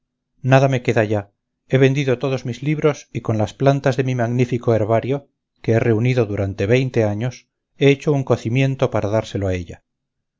nada me queda ya he vendido todos mis libros y con las plantas de mi magnífico herbario que he reunido durante veinte años he hecho un cocimiento para dárselo a ella